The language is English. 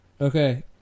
Okay